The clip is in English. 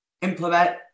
implement